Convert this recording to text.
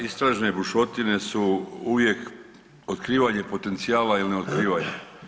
Istražne bušotine su uvijek otkrivanje potencijala ili neotkrivanje.